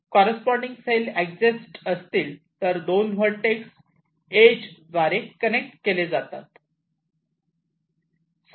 corresponding cell adjacent असतील तर 2 vertex is द्वारे कनेक्ट केले जातात